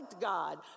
God